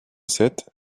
sept